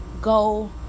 Go